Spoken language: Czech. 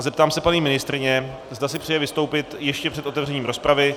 Zeptám se paní ministryně, zda si přeje vystoupit ještě před otevřením rozpravy.